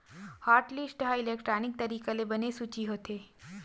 hotlist ह electronic तरीका ले बने सूची होथे